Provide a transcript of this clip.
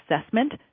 assessment